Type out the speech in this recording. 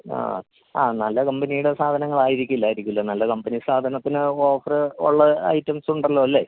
ആ ആ നല്ല കമ്പനിയുടെ സാധനങ്ങളായിരിക്കില്ല ആയിരിക്കുമല്ലോ നല്ല കമ്പനി സാധനത്തിന് ഓഫർ ഉള്ള ഐറ്റംസുണ്ടല്ലോ അല്ലേ